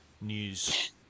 news